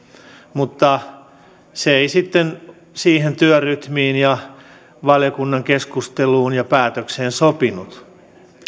mutta se ei sitten siihen työrytmiin ja valiokunnan keskusteluun ja päätökseen sopinut